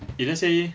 if let's say